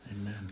Amen